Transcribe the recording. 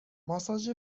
ماساژ